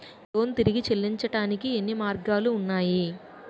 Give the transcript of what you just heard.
Loan తిరిగి చెల్లించటానికి ఎన్ని మార్గాలు ఉన్నాయి?